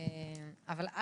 אבל,